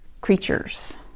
creatures